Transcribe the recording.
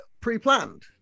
pre-planned